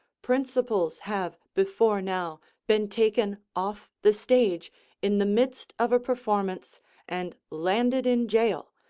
principals have before now been taken off the stage in the midst of a performance and landed in jail,